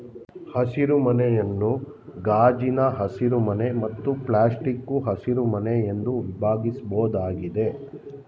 ಹಸಿರುಮನೆಯನ್ನು ಗಾಜಿನ ಹಸಿರುಮನೆ ಮತ್ತು ಪ್ಲಾಸ್ಟಿಕ್ಕು ಹಸಿರುಮನೆ ಎಂದು ವಿಭಾಗಿಸ್ಬೋದಾಗಿದೆ